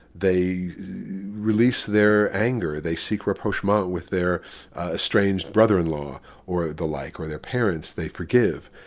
they release their anger, they seek rapprochement with their estranged brother-in-law or the like, or their parents they forgive,